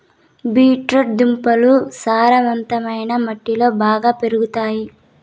beet root దుంపలు సారవంతమైన మట్టిలో బాగా పెరుగుతాయి